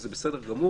וזה בסדר גמור,